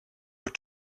were